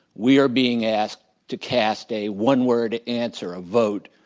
we are being asked to cast a one-word answer, a vote,